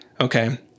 Okay